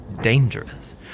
dangerous